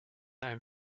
einem